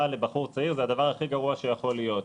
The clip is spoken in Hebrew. לבחור צעיר זה הדבר הכי גרוע שיכול להיות.